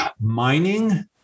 mining